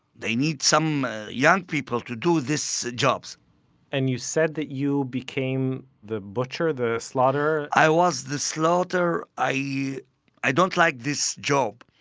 they need some young people to do this jobs and you said that you became the butcher? the slaughterer? i was the slaughterer, i i don't like this job.